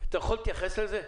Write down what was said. אתה יכול להתייחס לזה?